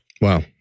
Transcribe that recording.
wow